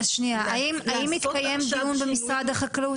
לעשות עכשיו שינוי --- האם התקיים דיון במשרד החקלאות?